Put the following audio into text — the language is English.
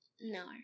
no